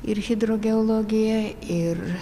ir hidrogeologiją ir